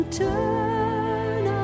turn